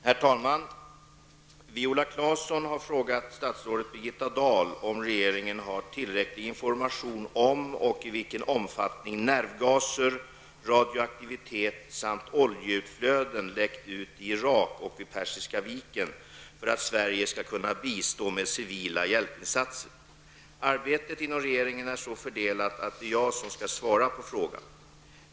Herr talman! Viola Claesson har frågat statsrådet Birgitta Dahl om regeringen har tillräcklig information om i vilken omfattning nervgaser, radioaktivitet samt oljeutflöden läckt ut i Irak och vid Persiska viken för att Sverige skall kunna bistå med civila hjälpinsatser. Arbetet inom regeringen är så fördelat att det är jag som skall svara på frågan.